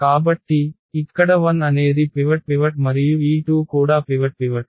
కాబట్టి ఇక్కడ 1 అనేది పివట్ మరియు ఈ 2 కూడా పివట్